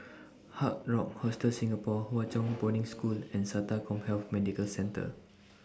Hard Rock Hostel Singapore Hwa Chong Boarding School and Sata Commhealth Medical Centre